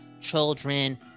children